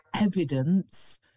evidence